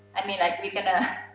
i mean like we're gonna